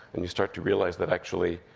and you start to realize that actually,